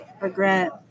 regret